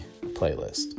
Playlist